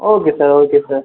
okay sir okay sir